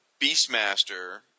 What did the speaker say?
Beastmaster